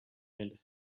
and